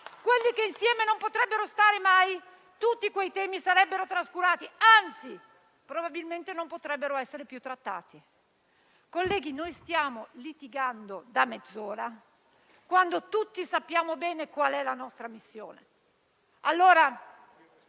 (quelli che insieme non potrebbero stare mai), tutti quei temi sarebbero trascurati, anzi probabilmente non potrebbero essere più trattati. Colleghi, stiamo litigando da mezz'ora, quando tutti sappiamo bene qual è la nostra missione.